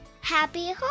Happy